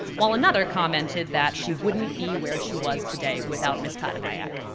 while another commented that she wouldn't be where she was today without ms. pattanayak.